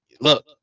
look